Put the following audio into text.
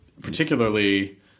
particularly